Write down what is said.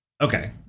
Okay